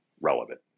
relevant